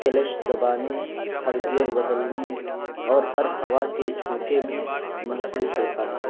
clutch دبانے ہر gear بدلنے اور ہر ہوا کے جھونکے میں محسوس ہوتا ہے